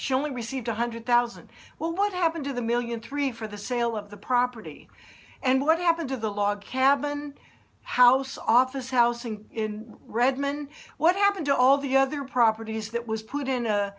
great only received one hundred thousand well what happened to the million three for the sale of the property and what happened to the log cabin house office housing in redmond what happened to all the other properties that was put in a